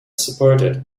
supported